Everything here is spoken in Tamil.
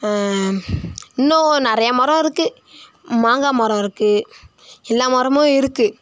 இன்னும் நிறையா மரம் இருக்குது மாங்காய் மரம் இருக்குது எல்லா மரமும் இருக்குது